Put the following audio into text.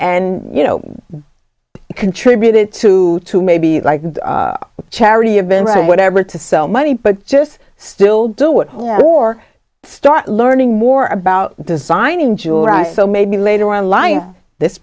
and you know contributed to to maybe like a charity event or whatever to sell money but just still do it or start learning more about design in july so maybe later on lying this